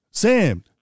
Sam